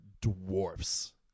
dwarfs